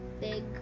big